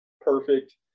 perfect